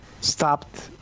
stopped